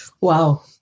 Wow